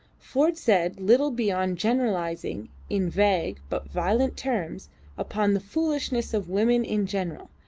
ford said little beyond generalising in vague but violent terms upon the foolishness of women in general,